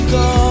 go